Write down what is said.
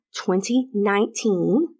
2019